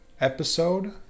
episode